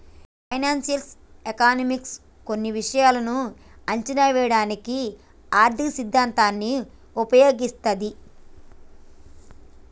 financial economics కొన్ని విషయాలను అంచనా వేయడానికి ఆర్థిక సిద్ధాంతాన్ని ఉపయోగిస్తది